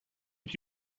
did